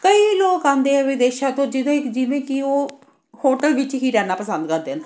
ਕਈ ਲੋਕ ਆਉਂਦੇ ਆ ਵਿਦੇਸ਼ਾਂ ਤੋਂ ਜਿਹਦੇ ਜਿਵੇਂ ਕਿ ਉਹ ਹੋਟਲ ਵਿੱਚ ਹੀ ਰਹਿਣਾ ਪਸੰਦ ਕਰਦੇ ਹਨ